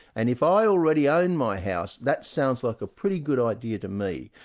and if i already own my house, that sounds like a pretty good idea to me.